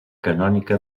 canònica